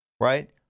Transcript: right